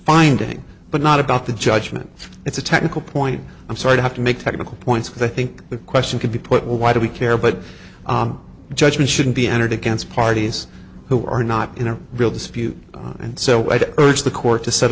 finding but not about the judgment it's a technical point i'm sorry to have to make technical points but i think the question could be put why do we care but judgment should be entered against parties who are not in a real dispute and so to urge the court to set